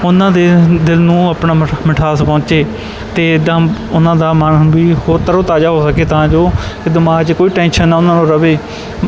ਉਹਨਾਂ ਦੇ ਦਿਲ ਨੂੰ ਆਪਣਾ ਮਿਠ ਮਿਠਾਸ ਪਹੁੰਚੇ ਅਤੇ ਇੱਦਾਂ ਉਹਨਾਂ ਦਾ ਮਨ ਵੀ ਹੋਰ ਤਰੋ ਤਾਜ਼ਾ ਹੋ ਸਕੇ ਤਾਂ ਜੋ ਦਿਮਾਗ 'ਚ ਕੋਈ ਟੈਂਸ਼ਨ ਨਾ ਉਹਨਾਂ ਨੂੰ ਰਹੇ